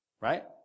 right